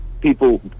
people